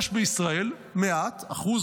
יש בישראל מעט טרור יהודי,